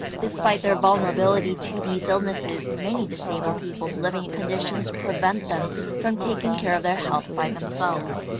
despite their vulnerability to these illnesses, many disabled people's living conditions prevent them from taking care of their health by themselves.